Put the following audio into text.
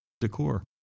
decor